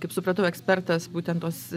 kaip supratau ekspertas būtent tos